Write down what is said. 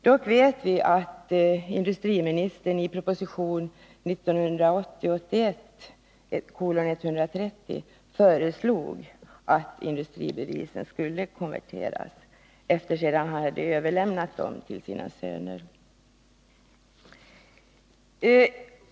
— Dock vet vi att industriministern i proposition 1980/81:130 föreslog att industribevisen skulle konverteras — detta sedan han hade överlämnat sina egna industribevis till sina söner.